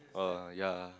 oh ya